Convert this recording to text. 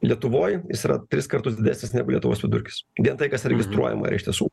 lietuvoj jis yra tris kartus didesnis negu lietuvos vidurkis vien tai kas registruojama yra iš tiesų